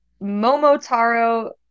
Momotaro